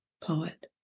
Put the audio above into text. poet